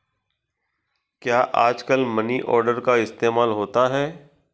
क्या आजकल money order का इस्तेमाल होता है?